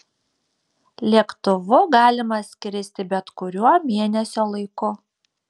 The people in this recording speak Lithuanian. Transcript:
lėktuvu galima skristi bet kuriuo mėnesio laiku